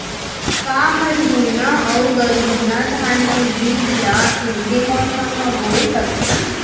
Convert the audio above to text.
का हरहुना अऊ गरहुना धान के बीज ला ऐके मौसम मा बोए सकथन?